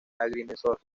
agrimensor